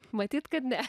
matyt kad ne